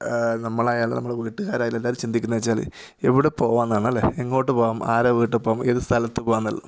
നമ്മളായാലും നമ്മുടെ വീട്ടുകാരായാലും എന്താ ചിന്തിക്കുന്നതെന്ന് വെച്ചാൽ എവിടെ പോകുക എന്നാണല്ലേ എങ്ങോട്ട് പോകാം ആരുടെ വീട്ടിൽ പോകാം ഏത് സ്ഥലത്ത് പോകാമെന്നുള്ള